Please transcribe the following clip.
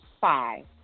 Five